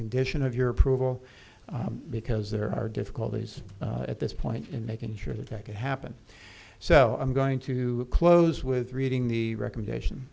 condition of your approval because there are difficulties at this point in making sure that could happen so i'm going to close with reading the recommendation